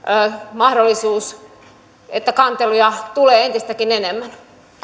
mahdollisuus että kanteluja tulee entistäkin enemmän